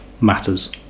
matters